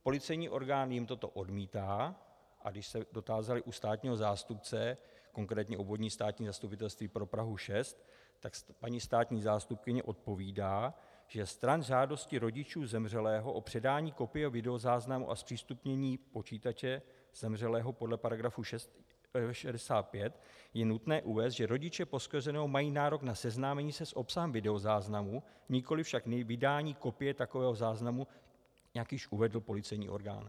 Policejní orgán jim toto odmítá, a když se dotázali u státního zástupce, konkrétně Obvodní státní zastupitelství pro Prahu 6, tak paní státní zástupkyně odpovídá, že stran žádosti rodičů zemřelého o předání kopie videozáznamu a zpřístupnění počítače zemřelého podle § 65 je nutné uvést, že rodiče poškozeného mají nárok na seznámení se s obsahem videozáznamu, nikoliv však na vydání kopie takového záznamu, jak již uvedl policejní orgán.